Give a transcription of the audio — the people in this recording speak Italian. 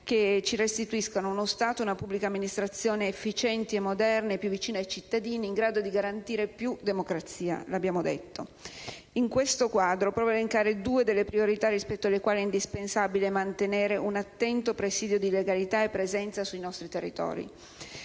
che ci restituiscano uno Stato ed una pubblica amministrazione efficienti e moderni, più vicini ai cittadini ed in grado di garantire maggiore democrazia. In questo quadro, provo ad elencare alcune delle priorità rispetto alle quali è indispensabile mantenere un attento presidio di legalità e presenza sui nostri territori: